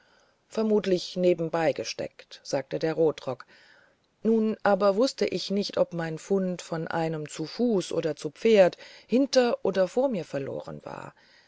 vermutlich nebenbei gesteckt sagte der rotrock nun aber wußte ich nicht ob mein fund von einem zu fuß oder zu pferd hinter oder vor mir verloren war